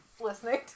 listening